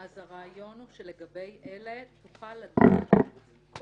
הרעיון הוא שלגבי אלה תוכל לדעת את